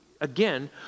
again